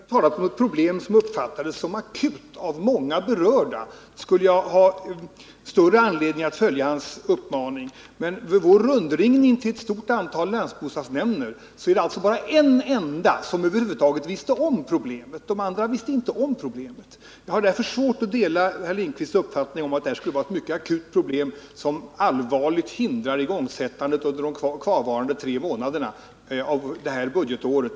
Herr talman! Om Oskar Lindkvist talade om ett problem som uppfattades som akut av många berörda skulle jag ha större anledning att följa hans uppmaning. Men vid vår rundringning till ett stort antal länsbostadsnämnder var det bara en enda som över huvud taget visste om problemet. De andra visste alltså inte om det, och jag har därför svårt att dela herr Lindkvists uppfattning att det här skulle vara ett mycket akut problem som allvarligt hindrar igångsättningen av byggande under de kvarvarande tre månaderna av budgetåret.